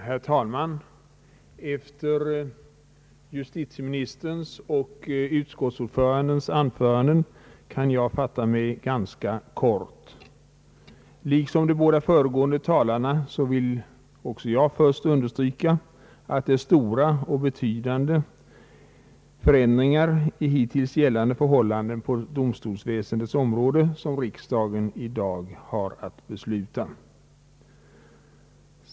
Herr talman! Efter justitieministerns och utskottsordförandens anföranden kan jag fatta mig ganska kort. Liksom de båda föregående talarna vill jag också först understryka att det är stora och betydande förändringar i hittills gällande förhållanden på domstolsväsendets område som riksdagen i dag har att besluta om.